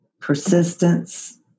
persistence